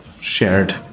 shared